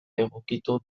egokitu